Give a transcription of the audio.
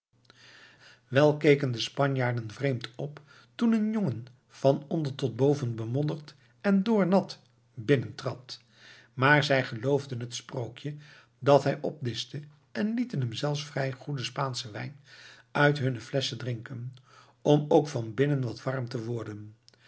wel keken de spanjaarden vreemd op toen een jongen van onder tot boven bemodderd en doornat binnentrad maar zij geloofden het sprookje dat hij opdischte en lieten hem zelfs vrij goeden spaanschen wijn uit hunne flesschen drinken om ook van binnen wat warm te worden